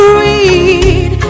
read